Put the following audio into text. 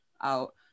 out